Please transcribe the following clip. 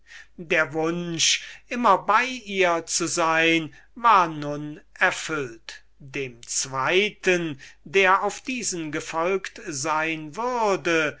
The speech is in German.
der wunsch immer bei ihr zu sein war nun erfüllt dem zweiten der auf diesen gefolget sein würde